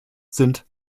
sind